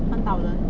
one thousand